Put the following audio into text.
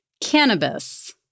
cannabis